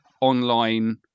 online